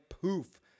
poof